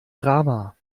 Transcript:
drama